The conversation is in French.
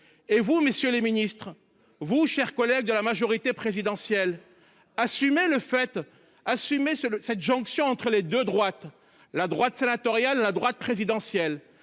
Et vous, messieurs les Ministres vos chers collègues de la majorité présidentielle. Assumer le fait assumer seule cette jonction entre les deux droites. La droite sénatoriale, la droite présidentielle.